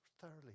Thoroughly